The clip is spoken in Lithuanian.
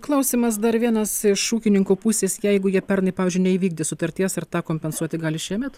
klausimas dar vienas iš ūkininkų pusės jeigu jie pernai pavyzdžiui neįvykdė sutarties ar tą kompensuoti gali šiemet